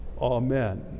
amen